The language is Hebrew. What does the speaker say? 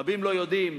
רבים לא יודעים